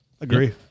Agree